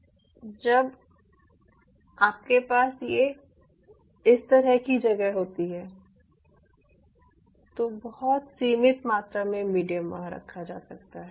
और जब आपके पास ये इस तरह की जगह होती है तो बहुत सीमित मात्रा में मीडियम वहां रखा जा सकता है